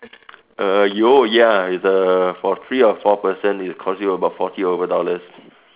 uh ya is uh for three or four person it cost you about forty over dollars